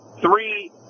three